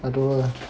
I don't know lah